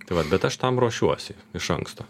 tai vat bet aš tam ruošiuosi iš anksto